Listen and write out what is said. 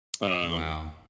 Wow